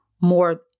more